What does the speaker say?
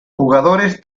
jugadores